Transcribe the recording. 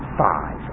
five